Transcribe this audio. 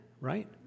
right